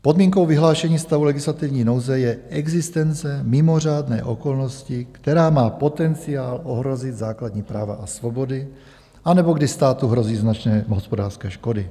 Podmínkou vyhlášení stavu legislativní nouze je existence mimořádné okolnosti, která má potenciál ohrozit základní práva a svobody, anebo kdy státu hrozí značné hospodářské škody.